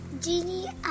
genie